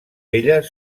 elles